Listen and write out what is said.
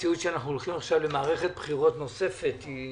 מציאות שאנו הולכים למערכת בחירות נוספת היא